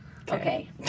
Okay